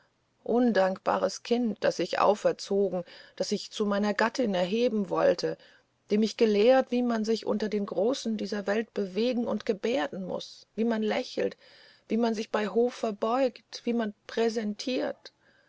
undankbares kind das ich auferzogen das ich zu meiner gattin erheben wollte dem ich gelehrt wie man sich unter den großen dieser welt bewegen und gebärden muß wie man lächelt wie man sich bei hof verbeugt wie man repräsentiert